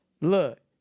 look